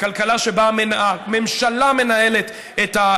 בכלכלה שבה הממשלה מנהלת את,